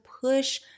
push